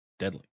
deadly